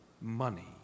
money